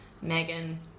megan